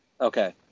Okay